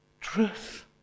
truth